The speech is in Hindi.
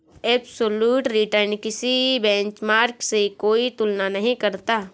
एबसोल्यूट रिटर्न किसी बेंचमार्क से कोई तुलना नहीं करता